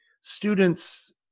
students